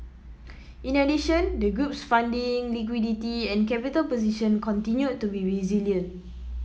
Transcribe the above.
in addition the group's funding liquidity and capital position continued to be resilient